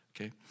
okay